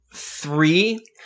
Three